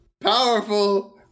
powerful